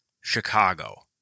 Chicago